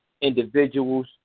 individuals